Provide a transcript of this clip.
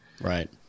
Right